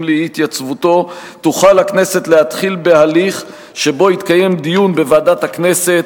לאי-התייצבותו תוכל הכנסת להתחיל בהליך שבו יתקיים דיון בוועדת הכנסת,